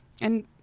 And-